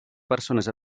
persones